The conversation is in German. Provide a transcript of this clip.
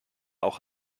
auch